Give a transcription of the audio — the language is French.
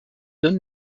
donne